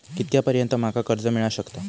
कितक्या पर्यंत माका कर्ज मिला शकता?